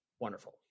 wonderful